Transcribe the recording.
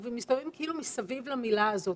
מסתובבים כאילו מסביב למילה הזאת,